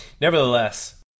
nevertheless